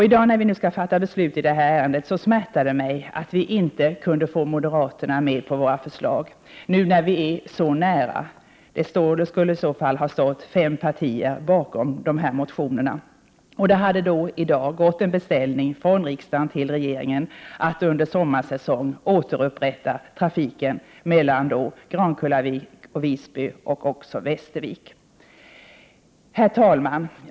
I dag när vi skall fatta beslut i ärendet smärtar det mig att vi inte kunde få moderaterna med på våra förslag, nu när vi är så nära. Då skulle det ha stått fem partier bakom motionerna. I dag skulle det i så fall ha gått en beställning från riksdagen till regeringen att under sommarsäsongen återupprätta trafiken mellan Grankullavik och Visby samt även Västervik. Herr talman!